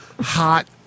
hot